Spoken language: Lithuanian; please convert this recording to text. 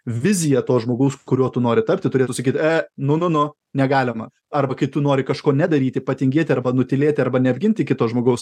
vizija to žmogaus kuriuo tu nori tapti turėtų sakyt ė nu nu nu negalima arba kai tu nori kažko nedaryti patingėti arba nutylėti arba neapginti kito žmogaus